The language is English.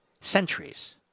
centuries